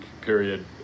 period